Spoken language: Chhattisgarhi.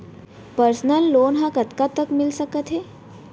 पर्सनल लोन ह कतका तक मिलिस सकथे?